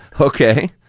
Okay